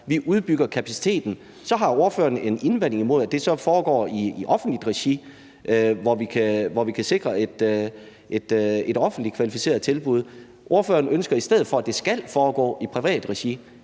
Vi udbygger kapaciteten. Ordføreren har så en indvending imod, at det foregår i offentligt regi, hvor vi kan sikre et kvalificeret offentligt tilbud; ordføreren ønsker i stedet for, at det skal foregå i privat regi.